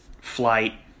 flight